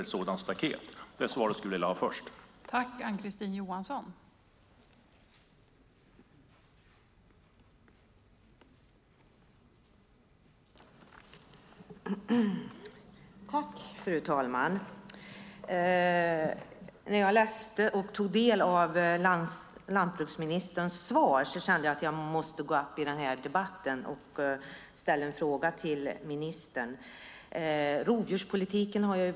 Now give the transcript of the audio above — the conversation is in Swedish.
Den frågan skulle jag till att börja med vilja ha svar på.